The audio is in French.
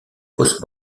post